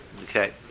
Okay